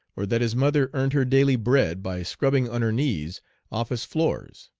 or that his mother earned her daily bread by scrubbing on her knees office floors?